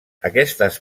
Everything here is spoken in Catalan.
aquestes